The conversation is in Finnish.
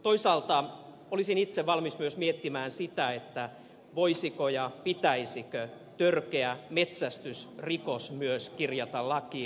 toisaalta olisin itse valmis myös miettimään sitä voisiko ja pitäisikö törkeä metsästysrikos myös kirjata lakiin